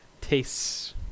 tastes